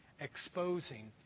exposing